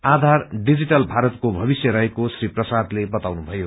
आधार digital भारतको भविष्य रहेको श्री प्रसादले बताउनुभयो